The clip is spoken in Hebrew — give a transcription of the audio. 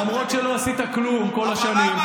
למרות שלא עשית כלום כל השנים,